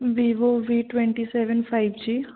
Vivo V twenty seven five ji